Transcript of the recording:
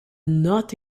not